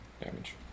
damage